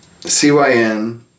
CYN